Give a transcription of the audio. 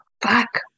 Fuck